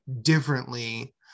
differently